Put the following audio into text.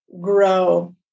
grow